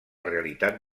realitat